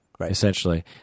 essentially